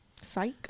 psych